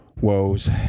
woes